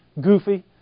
goofy